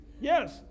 Yes